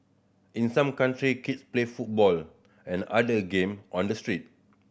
in some country kids play football and other game on the street